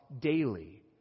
daily